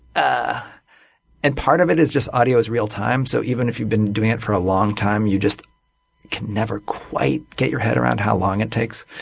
ah and part of it is just audio is real time, so even if you've been doing it for a long time, you just can never quite get your head around how long it takes.